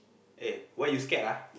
eh why you scared lah